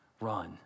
run